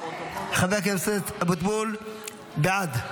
חבר הכנסת אבוטבול, בעד.